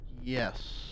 Yes